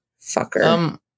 Fucker